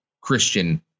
Christian